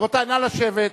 רבותי, נא לשבת.